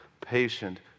patient